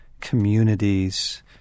communities